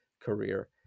career